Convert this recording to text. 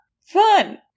Fun